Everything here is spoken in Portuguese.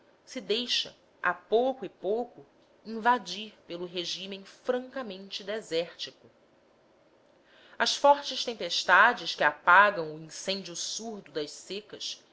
se deixa a pouco e pouco invadir pelo regime francamente desértico as fortes tempestades que apagam o incêndio surdo das secas